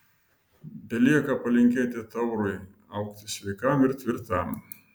belieka palinkėti taurui augti sveikam ir tvirtam